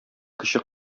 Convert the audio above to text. кече